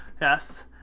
Yes